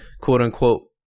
quote-unquote